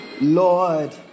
Lord